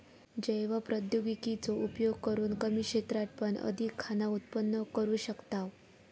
जैव प्रौद्योगिकी चो उपयोग करून कमी क्षेत्रात पण अधिक खाना उत्पन्न करू शकताव